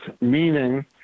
meaning